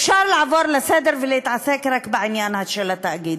אפשר לעבור לסדר-היום ולהתעסק רק בעניין התאגיד,